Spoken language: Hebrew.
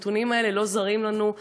הנתונים האלה לא זרים לנו.